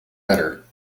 better